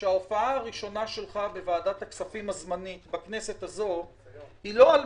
שההופעה הראשונה שלך בוועדת הכספים הזמנית בכנסת הזאת היא לא על